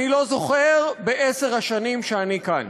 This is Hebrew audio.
אני לא זוכר בעשר השנים שאני כאן.